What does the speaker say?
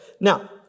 now